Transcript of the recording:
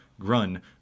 Grun